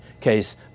case